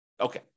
Okay